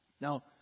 Now